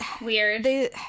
weird